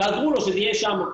תעזרו לו שזה יהיה שם,